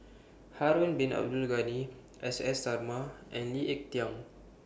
Harun Bin Abdul Ghani S S Sarma and Lee Ek Tieng